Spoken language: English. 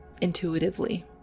intuitively